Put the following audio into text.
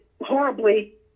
horribly